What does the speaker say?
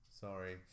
Sorry